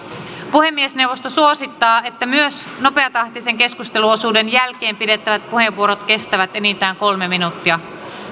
puhemiesneuvosto suosittaa että myös nopeatahtisen keskusteluosuuden jälkeen pidettävät puheenvuorot kestävät enintään kolme minuuttia